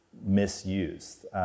misused